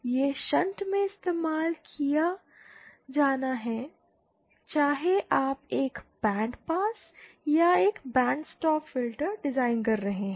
यह शंट में इस्तेमाल किया जाना है चाहे आप एक बैंड पास या एक बैंड स्टॉप फ़िल्टर डिज़ाइन कर रहे हैं